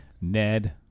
Ned